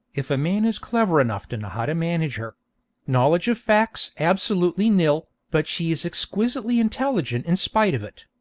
if a man is clever enough to know how to manage her knowledge of facts absolutely nil, but she is exquisitely intelligent in spite of it.